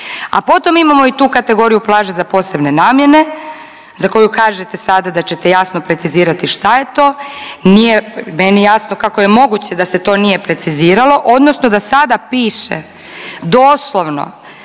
A potom imamo i tu kategoriju plaža za posebne namjene za koju kažete sada da ćete jasno precizirati šta je to, nije meni jasno kako je moguće da se to nije preciziralo odnosno da sada piše doslovno